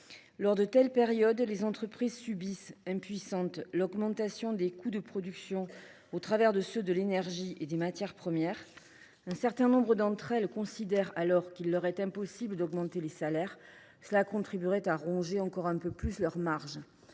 Lors de telles périodes, les entreprises subissent, impuissantes, l’augmentation des coûts de production liés à ceux de l’énergie et des matières premières. Un certain nombre d’entre elles considèrent alors qu’il leur est impossible d’augmenter les salaires, car cette hausse contribuerait à ronger encore un peu plus leurs marges.